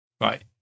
Right